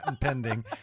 pending